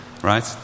right